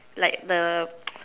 like the